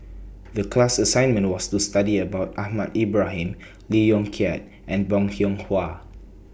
The class assignment was to study about Ahmad Ibrahim Lee Yong Kiat and Bong Hiong Hwa